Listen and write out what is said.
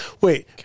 Wait